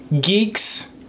geeks